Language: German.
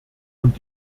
und